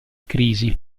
crisi